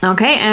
Okay